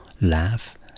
laugh